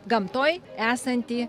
gamtoj esantį